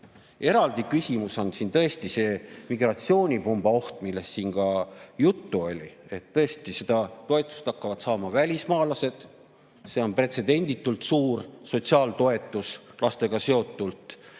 Eraldi küsimus on tõesti migratsioonipumba oht, millest siin on ka juttu olnud, et tõesti seda toetust hakkavad saama ka välismaalased. See on pretsedenditult suur sotsiaaltoetus lastega seotult.